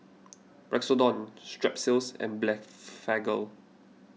Strepsils and Blephagel